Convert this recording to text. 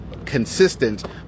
Consistent